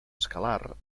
escalar